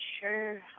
sure